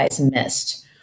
missed